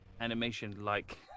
animation-like